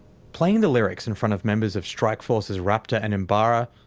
playing the lyrics in front of members of strike forces raptor and imbara.